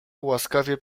łaskawie